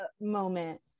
moment